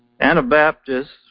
Anabaptists